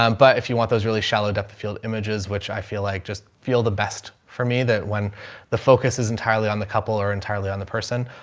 um but if you want those really shallow depth, the field images, which i feel like just feel the best for me, that when the focus is entirely on the couple are entirely on the person.